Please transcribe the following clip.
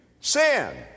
sin